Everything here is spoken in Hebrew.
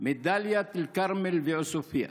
מדאלית אל-כרמל ועוספיא,